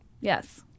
Yes